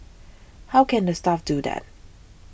how can the staff do that